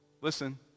listen